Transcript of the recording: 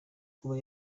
kuba